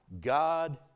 God